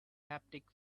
haptic